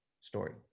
story